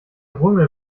runge